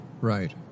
Right